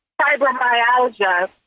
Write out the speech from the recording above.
fibromyalgia